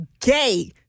gay